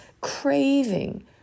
craving